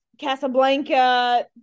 Casablanca